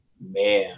man